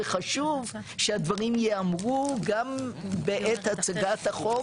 וחשוב שהדברים יאמרו גם בעת הצגת החוק,